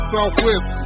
Southwest